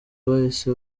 bahise